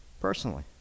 Personally